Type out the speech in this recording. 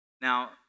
Now